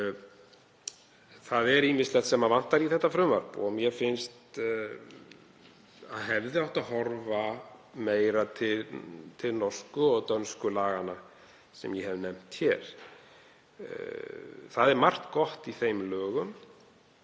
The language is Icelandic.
Það er ýmislegt sem vantar í þetta frumvarp og mér finnst að meira hefði átt að horfa til norsku og dönsku laganna sem ég hef nefnt hér. Það er margt gott í þeim lögum